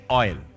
oil